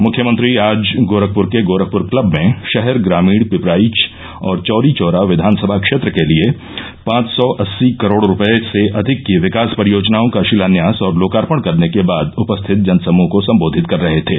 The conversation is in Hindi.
मुख्यमंत्री आज गोरखपुर के गोरखपुर क्लब में शहर ग्रामीण पिपराइच और चौरीचौरा विधानसभा क्षेत्र के लिये पांच सौ अस्सी करोड़ रूपये से अधिक की विकास परियोजनाओं का शिलान्यास और लोकार्पण करने के बाद उपस्थित जनसमूह को सम्बोधित कर रहे थे